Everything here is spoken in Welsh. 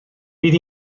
bydd